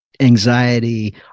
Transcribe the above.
anxiety